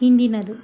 ಹಿಂದಿನದು